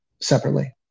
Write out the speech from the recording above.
separately